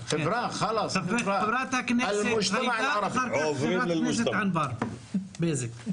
חברת הכנסת ג'ידא ואחריה חברת הכנסת ענבר בזק.